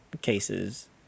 cases